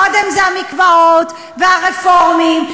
קודם זה המקוואות והרפורמים,